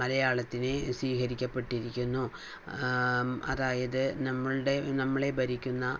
മലയാളത്തിനെ സ്വീകരിക്കപ്പെട്ടിരിക്കുന്നു അതായത് നമ്മളുടെ നമ്മളെ ഭരിക്കുന്ന